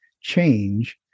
change